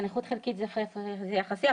אם הנכות חלקית, זה יחסי.